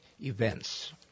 events